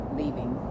leaving